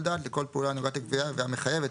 דעת" ל-: "כל פעולה הנוגעת לגבייה והמחייבת